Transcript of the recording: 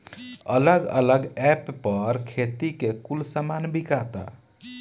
अलग अलग ऐप पर खेती के कुल सामान बिकाता